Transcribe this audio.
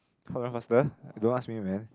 faster don't ask me man